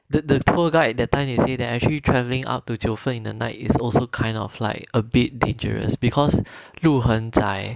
the the tour guide that time you say that actually travelling up to 九分 in the night is also kind of like a bit dangerous because 路很窄